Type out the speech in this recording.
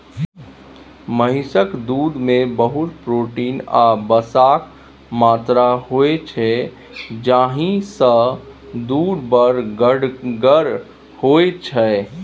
महिषक दुधमे बहुत प्रोटीन आ बसाक मात्रा होइ छै जाहिसँ दुध बड़ गढ़गर होइ छै